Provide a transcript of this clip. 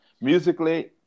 musically